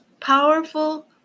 powerful